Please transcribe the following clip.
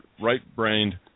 right-brained